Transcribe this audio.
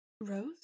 Rose